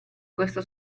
questo